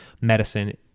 medicine